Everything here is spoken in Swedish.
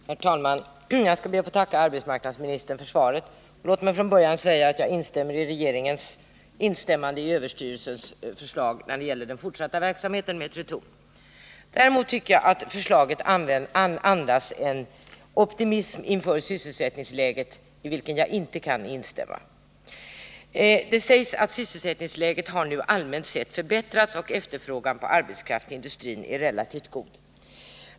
Herr talman! Jag skall be att få tacka arbetsmarknadsministern för svaret. Låt mig från början säga att jag instämmer i regeringens instämmande i överstyrelsens bedömning när det gäller den fortsatta verksamheten vid Tretorn. Däremot tycker jag att svaret andas en optimism inför sysselsättningsläget i vilken jag inte kan instämma. Det sägs att sysselsättningsläget har allmänt 25 sett förbättrats och att efterfrågan på arbetskraft i industrin är relativt god.